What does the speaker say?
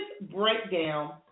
breakdown